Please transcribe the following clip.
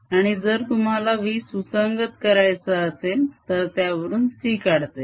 आणि जर तुम्हाला v सुसंगत करायचा असेल तर त्यावरून C काढता येईल